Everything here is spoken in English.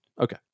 Okay